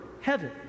Heaven